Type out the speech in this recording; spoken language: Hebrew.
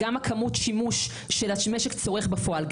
גם כמות השימוש שהמשק צורך בפועל,